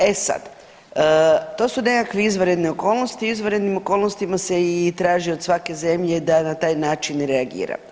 E sad, to su nekakve izvanredne okolnosti i u izvanrednim okolnostima se i traži od svake zemlje da na taj način reagira.